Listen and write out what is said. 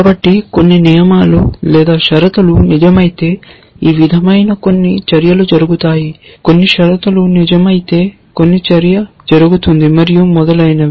కాబట్టి కొన్ని నియమాలు షరతులు నిజమైతే ఈ విధమైన కొన్ని చర్యలు జరుగుతాయి కొన్ని షరతులు నిజమైతే కొన్ని చర్య జరుగుతుంది మరియు మొదలైనవి